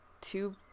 two